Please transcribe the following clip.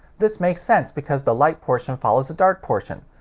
this make sense because the light portion follows a dark portion.